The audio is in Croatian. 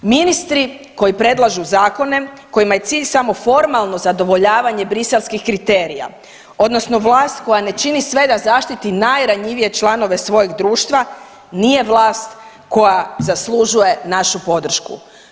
Ministri koji predlažu zakone kojima je cilj samo formalno zadovoljavanje briselskih kriterija odnosno vlast koja ne čini sve da zaštiti najranjivije članove svojeg društva nije vlast koja zaslužuje našu podršku.